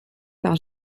par